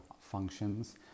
functions